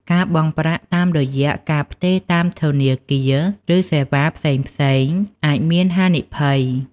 ការបង់ប្រាក់តាមរយៈការផ្ទេរតាមធនាគារ ឬសេវាផ្សេងៗអាចមានហានិភ័យ។